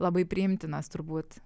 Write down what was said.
labai priimtinas turbūt